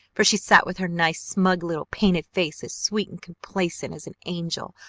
for she sat with her nice smug little painted face as sweet and complacent as an angel,